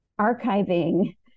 archiving